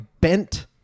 bent